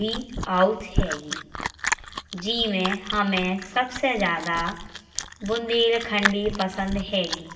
भी आउथ हैंगी। जी में हमे सबसे जादा बुंदेलखंडी पसंद हैंगी।